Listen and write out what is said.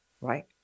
Right